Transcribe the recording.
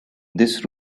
this